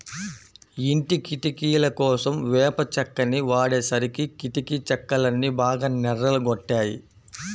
ఇంటి కిటికీలకోసం వేప చెక్కని వాడేసరికి కిటికీ చెక్కలన్నీ బాగా నెర్రలు గొట్టాయి